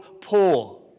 poor